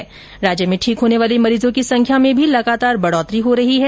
हालांकि राज्य में ठीक होने वाले मरीजों की संख्या में भी लगातार वृद्धि हो रही है